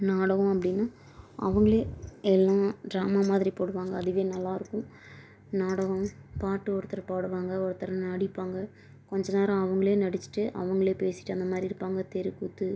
நாடகம் அப்படின்னா அவங்களே எல்லா ட்ராமா மாதிரி போடுவாங்க அதுவே நல்லா இருக்கும் நாடகம் பாட்டு ஒருத்தர் பாடுவாங்க ஒருத்தர் நடிப்பாங்க கொஞ்ச நேரம் அவங்களே நடிச்சிகிட்டு அவங்களே பேசிகிட்டு அந்த மாரி இருப்பாங்க தெருக்கூத்து